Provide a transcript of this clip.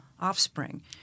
offspring